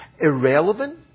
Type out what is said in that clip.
irrelevant